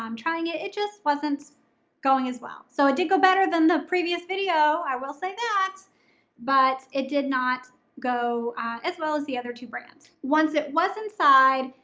um trying it, it just wasn't going as well. so it did go better than the previous video, i will say that but it did not go as well as the other two brands. once it was inside,